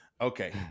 okay